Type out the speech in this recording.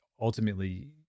ultimately